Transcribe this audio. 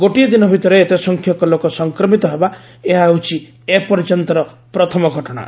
ଗୋଟିଏ ଦିନ ଭିତରେ ଏତେ ସଂଖ୍ୟକ ଲୋକ ସଂକ୍ରମିତ ହେବା ଏହା ହେଉଛି ଏପର୍ଯ୍ୟନ୍ତ ପ୍ରଥମ ଘଟଣା